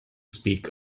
speak